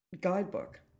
guidebook